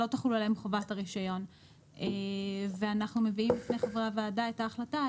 שלא תחול עליהם חובת הרישיון ואנחנו מביאים בפני חברי הוועדה את ההחלטה,